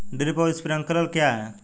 Drip और sprinkler क्या हैं?